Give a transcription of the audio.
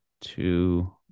two